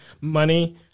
money